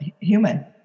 human